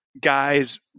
guys